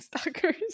stalkers